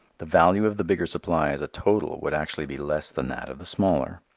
the value of the bigger supply as a total would actually be less than that of the smaller.